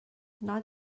not